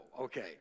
okay